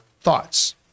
thoughts